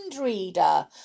reader